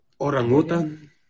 orangutan